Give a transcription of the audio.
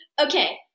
Okay